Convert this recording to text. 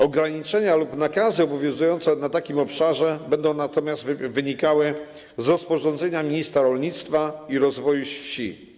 Ograniczenia lub nakazy obowiązujące na takim obszarze będą natomiast wynikały z rozporządzenia ministra rolnictwa i rozwoju wsi.